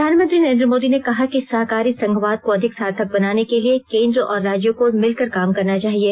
प्रधानमंत्री नरेन्द्र मोदी ने कहा कि सहकारी संघवाद को अधिक सार्थक बनाने के लिए केंद्र और राज्यों को मिलकर काम करना चाहिए